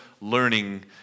learning